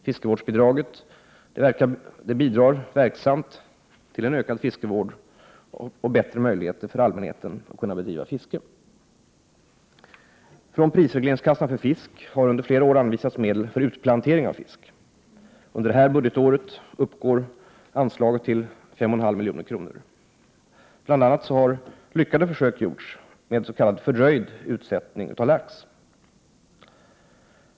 Fiskevårdsbidraget bidrar verksamt till en ökad fiskevård och bättre möjligheter för allmänheten att bedriva fiske. Från prisregleringskassan för fisk har under flera år anvisats medel för utplantering av fisk. Under innevarande budgetår uppgår anslaget till 5,5 milj.kr. Bl.a. har lyckade försök gjorts med s.k. fördröjd utsättning av lax.